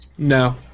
No